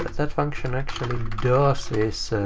that function actually does is,